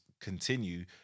continue